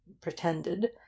pretended